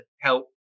help